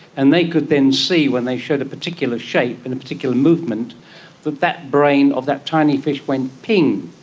and they could then see when they showed a particular shape and a particular movement that that brain of that tiny fish went ping.